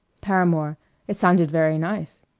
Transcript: paramore it sounded very nice.